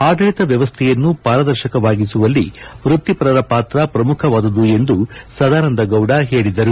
ಆಡಳಿತ ವ್ಯವಸ್ಥೆಯನ್ನು ಪಾರದರ್ಶಕವಾಗಿಸುವಲ್ಲಿ ವೃತ್ತಿಪರರ ಪಾತ್ರ ಪ್ರಮುಖವಾದುದು ಎಂದು ಸದಾನಂದ ಗೌಡ ತಿಳಿಸಿದರು